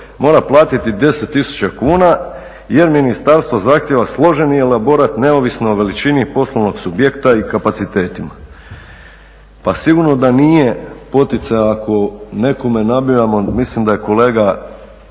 mora platiti 10 tisuća kuna jer ministarstvo zahtjeva složeni elaborat neovisno o veličini poslovnog subjekta i kapacitetima? Pa sigurno da nije poticaj ako nekome …/Govornik se ne